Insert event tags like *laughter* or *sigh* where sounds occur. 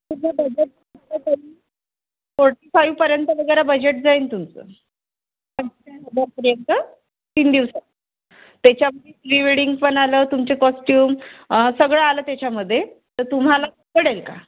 *unintelligible* forty फाईव्हपर्यंत वगैरे budget जाईन तुमचं हजारपर्यंत तीन दिवसात त्याच्यामध्ये प्री वेडींग पण आलं तुमचे कॉस्ट्युम सगळं आलं त्याच्यामध्ये तर तुम्हाला पडेल का